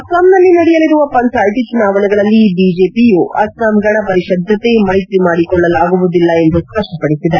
ಅಸ್ನಾಂನಲ್ಲಿ ನಡೆಯಲಿರುವ ಪಂಚಾಯಿತಿ ಚುನಾವಣೆಗಳಲ್ಲಿ ಬಿಜೆಪಿಯು ಅಸ್ವಾಂ ಗಣ ಪರಿಷದ್ ಜತೆ ಮೈತ್ರಿ ಮಾಡಿಕೊಳ್ಳಲಾಗುವುದಿಲ್ಲ ಎಂದು ಸ್ಪಷ್ಟಪಡಿಸಿದೆ